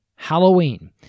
Halloween